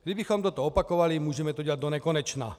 Kdybychom toto opakovali, můžeme to dělat donekonečna.